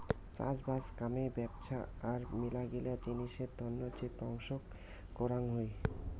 চাষবাস কামে ব্যপছা আর মেলাগিলা জিনিসের তন্ন যে বংশক করাং হই